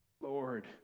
Lord